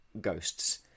ghosts